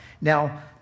Now